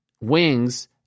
wings